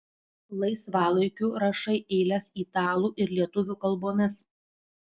laisvalaikiu rašai eiles italų ir lietuvių kalbomis